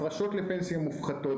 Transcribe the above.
הפרשות מופחתות לפנסיה.